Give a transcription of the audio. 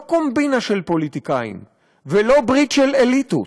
לא קומבינה של פוליטיקאים ולא ברית של אליטות,